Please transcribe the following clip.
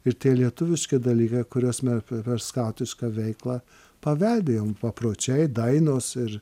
ir tie lietuviški dalykai kuriuos mes per skautišką veiklą paveldėjom papročiai dainos ir